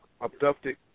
abducted